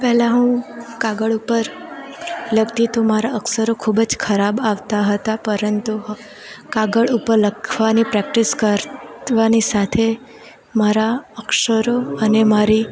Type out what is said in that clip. પહેલાં હું કાગળ ઉપર લખતી તો મારા અક્ષરો ખૂબ જ ખરાબ આવતા હતા પરંતુ કાગળ ઉપર લખવાની પ્રેક્ટિસ કરવાની સાથે મારા અક્ષરો અને મારી